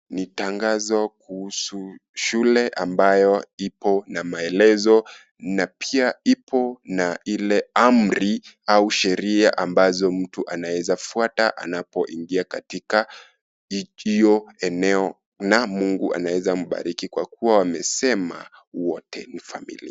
Ni tangazo kuhusu shule ambayo ipo na maeleze na pia ipo na ile amri au sheria ambazo mtu anaeza fuata anapo ingia hiyo eneo na Mungu anaweza mbariki kwa kuwa wamesema wote ni familia.